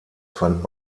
fand